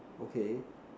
okay